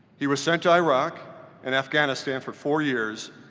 he was sent to iraq and afghanistan for four years,